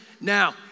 Now